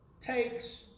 takes